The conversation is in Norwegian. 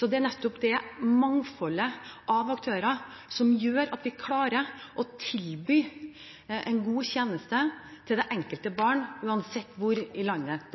Det er nettopp det mangfoldet av aktører som gjør at vi klarer å tilby en god tjeneste til det enkelte barn, uansett hvor i landet